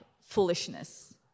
foolishness